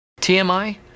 TMI